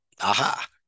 Aha